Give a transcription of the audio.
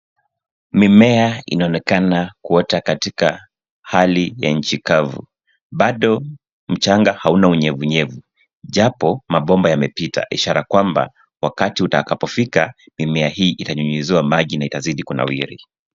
Mimea inaonekana kuota katika hali ya nchi kavu. Bado mchanga hauna unyevunyevu japo mabomba yamepita ishara kwamba wakati utakapofika mimea hii itanyunyuziwa maji na itazidi kunawiri.